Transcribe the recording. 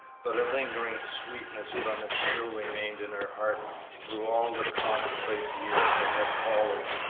but a lingering sweetness from it still remained in her heart through all the commonplace years that had followed,